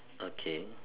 okay